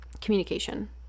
communication